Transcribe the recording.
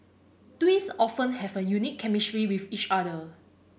twins often have a unique chemistry with each other